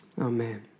Amen